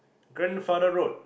grandfather road